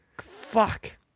Fuck